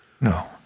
No